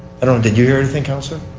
and you hear anything, councillor?